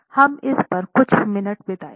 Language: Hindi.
हम इस पर कुछ मिनट बिताएंगे